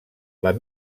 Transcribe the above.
les